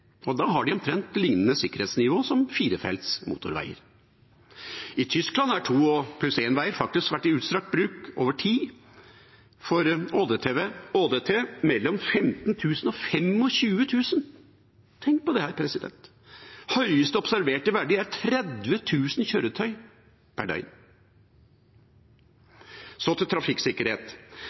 og da har de omtrent lignende sikkerhetsnivå som firefelts motorveier. I Tyskland har 2+1-veier faktisk vært i utstrakt bruk over tid for ÅDT mellom 15 000 og 25 000. Tenk på det! Høyeste observerte verdi er 30 000 kjøretøy per døgn. Så til trafikksikkerhet: